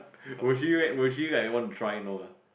will she like will she like want to try no lah